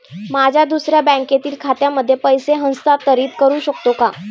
माझ्या दुसऱ्या बँकेतील खात्यामध्ये पैसे हस्तांतरित करू शकतो का?